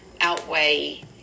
outweigh